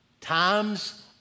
Times